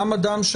נכון.